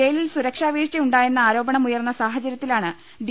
ജയിലിൽ സുരക്ഷാ വീഴ്ച ഉണ്ടായെന്ന ആരോപണം ഉയർന്ന സാഹചര്യത്തിലാണ് ഡി